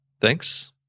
thanks